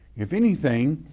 if anything,